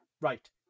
Right